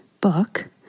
book